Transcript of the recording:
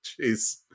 Jeez